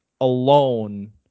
alone